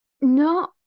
no